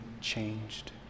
changed